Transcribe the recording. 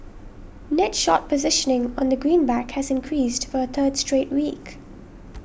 net short positioning on the greenback has increased for a third straight week